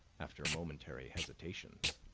after momentary hesitations.